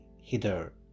hither